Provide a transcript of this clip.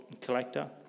collector